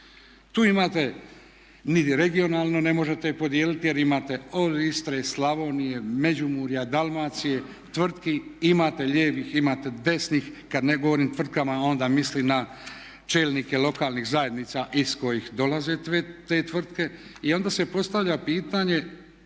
Tu imate, ni regionalno ne možete podijeliti jer imate od Istre, Slavonije, Međimurja, Dalmacije tvrtki, imate lijevih, imate desnih, kad ne govorim tvrtkama onda mislim na čelnike lokalnih zajednica iz kojih dolaze te tvrtke. I onda se postavlja pitanje